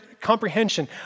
comprehension